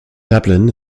dublin